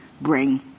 bring